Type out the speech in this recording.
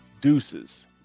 Deuces